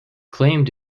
claimed